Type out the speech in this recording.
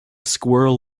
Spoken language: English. squirrel